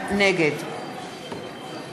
נגד